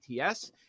ATS